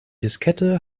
diskette